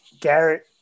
Garrett